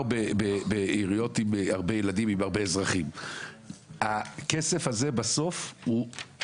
שקל והיום מפנים ב-220 שקל מ-35 זה עלה ל-220.